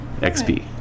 XP